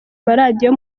maradiyo